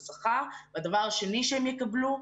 הדבר השני שהן יקבלן,